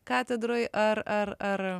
katedroj ar ar ar